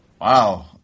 Wow